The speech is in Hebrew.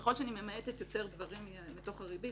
ככל שאני ממעטת יותר דברים מתוך הריבית,